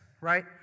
right